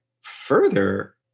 further